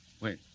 Wait